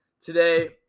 Today